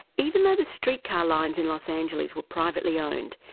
even though the streetcar lines in los angeles were privately owned,